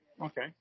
Okay